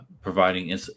Providing